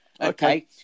Okay